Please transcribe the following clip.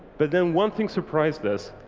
but then one thing surprised us,